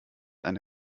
eine